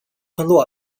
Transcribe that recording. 村落